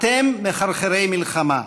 אתם מחרחרי מלחמה,